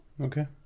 Okay